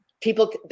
people